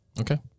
Okay